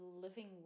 living